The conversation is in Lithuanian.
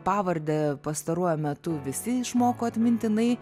pavardę pastaruoju metu visi išmoko atmintinai